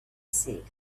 said